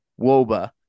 Woba